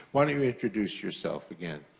why don't you introduce yourself again?